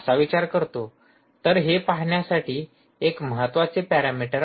तर हे पहाण्यासाठी हे एक महत्त्वाचे पॅरामीटर आहे